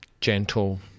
gentle